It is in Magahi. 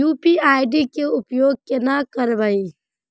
यु.पी.आई के उपयोग केना करबे?